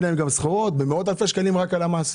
להם סחורות במאות אלפי שקלים רק בגין המס.